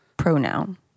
Pronoun